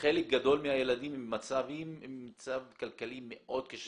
חלק גדול מהילדים הם ממצב כלכלי מאוד קשה.